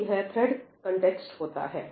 तोयह thread context होता है